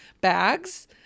bags